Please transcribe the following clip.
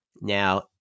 Now